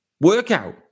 workout